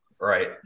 Right